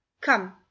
Come